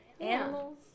animals